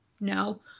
no